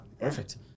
perfect